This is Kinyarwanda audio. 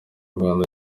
rwanda